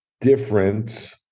different